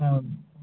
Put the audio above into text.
ಹಾಂ ಓಕೆ